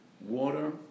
Water